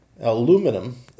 Aluminum